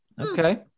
okay